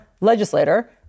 legislator